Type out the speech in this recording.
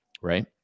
right